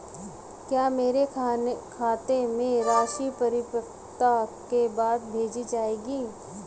क्या मेरे खाते में राशि परिपक्वता के बाद भेजी जाएगी?